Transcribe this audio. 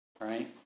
right